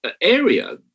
area